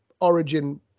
origin